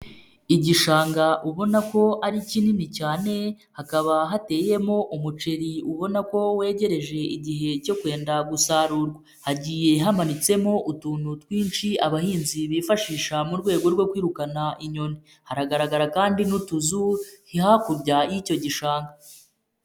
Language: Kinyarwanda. Igishanga ubona ko ari kinini cyane hakaba hateyemo umuceri ubona ko wegereje igihe cyo kwenda gusarurwa, hagiye hamanitsemo utuntu twinshi abahinzi bifashisha mu rwego rwo kwirukana inyoni, haragaragara kandi n'utuzuru hakurya y'icyo gishanga.